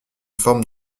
forme